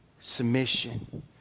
submission